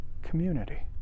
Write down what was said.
community